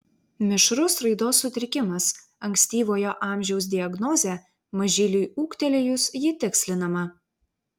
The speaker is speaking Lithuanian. mišrus raidos sutrikimas ankstyvojo amžiaus diagnozė mažyliui ūgtelėjus ji tikslinama